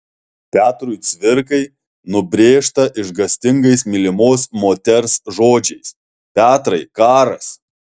petrui cvirkai nubrėžta išgąstingais mylimos moters žodžiais petrai karas